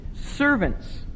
servants